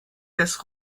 des